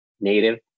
native